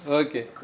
okay